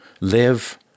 Live